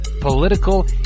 political